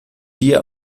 dir